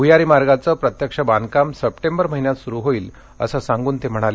भुयारी मार्गाचं प्रत्यक्ष बांधकाम सप्टेंबर महिन्यात सुरु होईल असं सांगून ते म्हणाले